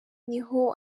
niho